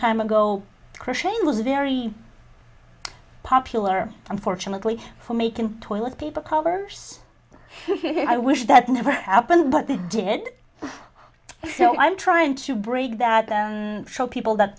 time ago christine was very popular unfortunately for me can toilet paper covers i wish that never happened but they did so i'm trying to break that down show people that